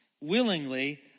willingly